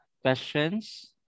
questions